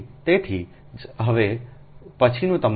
તેથી તેથી જ હવે પછીનું તમારું છે 0